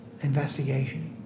investigation